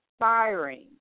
inspiring